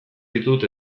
ditut